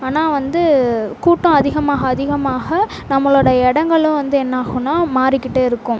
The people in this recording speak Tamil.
ஆனால் வந்து கூட்டம் அதிகமாக அதிகமாக நம்மளோட இடங்களும் வந்து என்னாகும்னா மாறிக்கிட்டே இருக்கும்